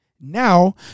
Now